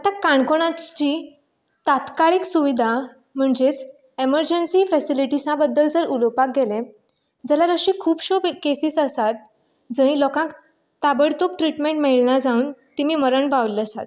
आतां काणकोणांत जी तातकाळीक सुविधा म्हणजेच एमरजेंसी फेसिलिटीसा बद्दल जर उलोवपाक गेलें जाल्यार अशे खुबशे त्यो केसीस आसात जंय लोकांक ताबडतोब ट्रिटमेंट मेळना जावन तिमी मरण पाविल्लें आसात